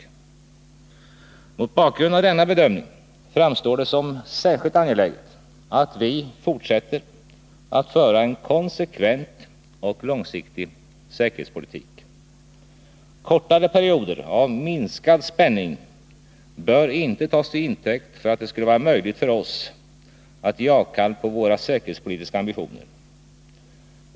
Mot bakgrund av denna bedömning framstår det som särskilt angeläget att vi fortsätter att föra en konsekvent och långsiktig säkerhetspolitik. Kortare perioder av minskad spänning bör inte tas till intäkt för att det skulle vara möjligt för oss att ge avkall på våra säkerhetspolitiska ambitioner.